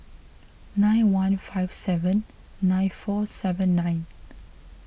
nine one five seven nine four seven nine